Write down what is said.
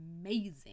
amazing